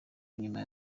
nyuma